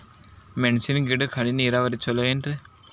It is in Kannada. ಮೆಣಸಿನ ಗಿಡಕ್ಕ ಹನಿ ನೇರಾವರಿ ಛಲೋ ಏನ್ರಿ?